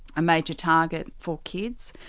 a major target for kids,